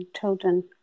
children